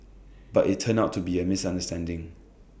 but IT turned out to be A misunderstanding